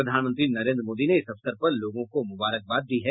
प्रधानमंत्री नरेन्द्र मोदी ने इस अवसर पर लोगों को मुबारकबाद दी है